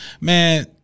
man